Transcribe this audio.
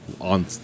on